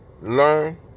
learn